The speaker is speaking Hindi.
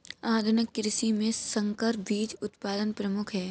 आधुनिक कृषि में संकर बीज उत्पादन प्रमुख है